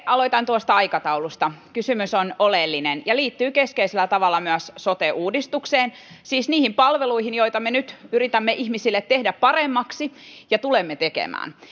aloitan tuosta aikataulusta kysymys on oleellinen ja liittyy keskeisellä tavalla myös sote uudistukseen siis niihin palveluihin joita me nyt yritämme ihmisille tehdä paremmiksi ja tulemme tekemään